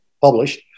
published